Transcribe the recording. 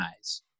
eyes